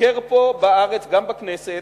ביקר פה בארץ, גם בכנסת,